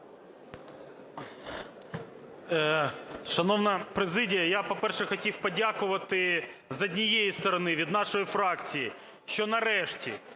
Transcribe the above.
Шановна президія, я, по-перше, хотів подякувати з однієї сторони, від нашої фракції, що, нарешті,